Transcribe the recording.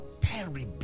terribly